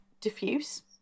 diffuse